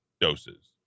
doses